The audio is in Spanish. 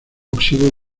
óxido